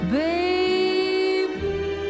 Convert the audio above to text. baby